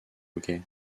hockey